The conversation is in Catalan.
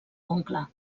oncle